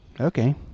Okay